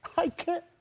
i can't.